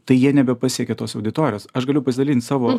tai jie nebepasiekia tos auditorijos aš galiu pasidalint savo